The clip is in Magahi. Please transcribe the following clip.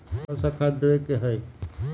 कोन सा खाद देवे के हई?